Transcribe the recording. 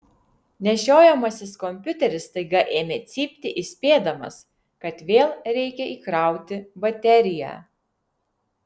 nešiojamasis kompiuteris staiga ėmė cypti įspėdamas kad vėl reikia įkrauti bateriją